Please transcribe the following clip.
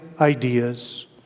ideas